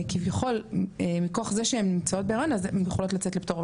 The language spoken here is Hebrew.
כביכול מכוח זה שהן נמצאות בהיריון אז הן יכולות לצאת לפטור,